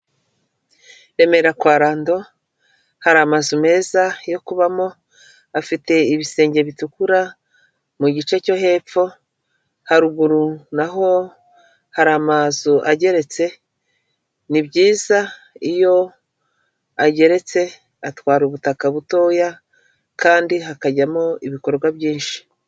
Remera kwa Rando hari amazu meza yo kubamo, afite ibisenge bitukura mu gice cyo hepfo, haruguru na ho hari amazu ageretse, ni byiza iyo ageretse atwara ubutaka butoya kandi hakajyamo ibikorwa byinshi.